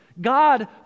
God